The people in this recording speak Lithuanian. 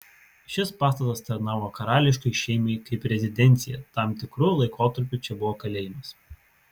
šis pastatas tarnavo karališkai šeimai kaip rezidencija tam tikru laikotarpiu čia buvo kalėjimas